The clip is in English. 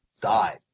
died